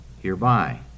hereby